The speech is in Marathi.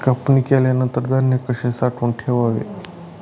कापणी केल्यानंतर धान्य कसे साठवून ठेवावे?